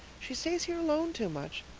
she stays here alone too much.